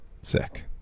Sick